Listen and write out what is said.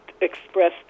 express